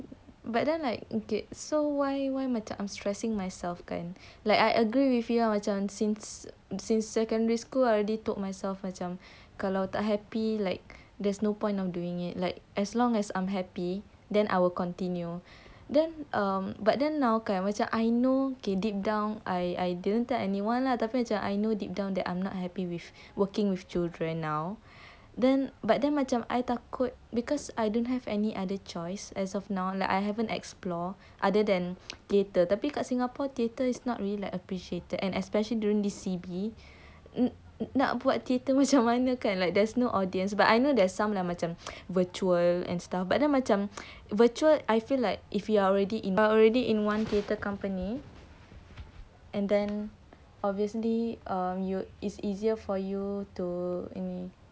but then like okay so why why macam I'm stressing myself kan like I agree with you macam since since secondary school I already told myself macam kalau tak happy like there's no point of doing it like as long as I'm happy then I will continue then um but then now kan macam I know okay deep down I I didn't tell anyone lah tapi macam I know deep down that I'm not happy with working with children now then but then macam I takut because I didn't have any other choice as of now like I haven't explore other than theatre tapi kat singapore theatre is not really like appreciated and especially during this C_B nak buat theatre macam mana kan like there's no audience but I know there's some like macam virtual and stuff but then macam virtual I feel like if you are already in already in one theatre company and then obviously err you it's easier for you to um